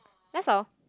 that's all